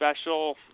special